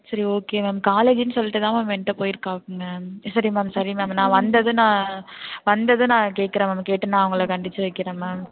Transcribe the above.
சரி okay ma'am காலேஜின்னு சொல்லிட்டுதான் மேம் என்கிட்ட போயிருக்கான் மேம் சரி மேம் சரி மேம் நான் வந்ததும் நான் வந்ததும் நான் கேட்கறேன் மேம் கேட்டு நான் அவங்கள கண்டித்து வைக்கிறேன் மேம்